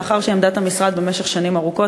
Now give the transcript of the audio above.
לאחר שעמדת המשרד במשך שנים ארוכות